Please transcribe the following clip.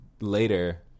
later